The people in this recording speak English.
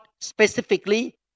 specifically